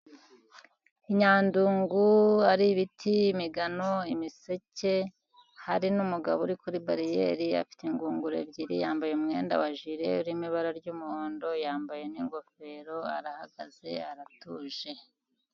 I Nyandungu hari ibiti, imigano, imiseke hari n'umugabo uri kuri bariyeri afite ingunguru ebyiri, yambaye umwenda wa jire urimo ibara ry'umuhondo, yambaye n'ingofero, arahagaze aratuje.